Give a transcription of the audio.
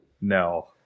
No